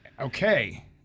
Okay